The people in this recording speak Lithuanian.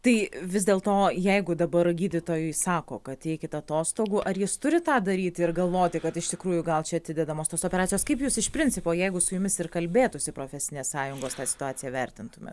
tai vis dėlto jeigu dabar gydytojui sako kad eikit atostogų ar jis turi tą daryti ir galvoti kad iš tikrųjų gal čia atidedamos tos operacijos kaip jūs iš principo jeigu su jumis ir kalbėtųsi profesinės sąjungos tą situaciją vertintume